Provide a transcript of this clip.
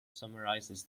summarizes